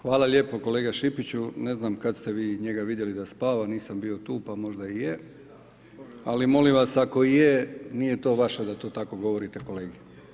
Hvala lijepo kolega Šipiću, ne znam kad ste vi njega vidjeli da spava, nisam bio tu pa možda i je, ali molim vas ako i je, nije to vaše da to tako govorite kolegi.